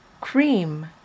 cream